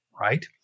right